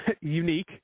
unique